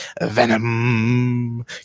Venom